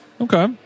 Okay